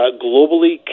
Globally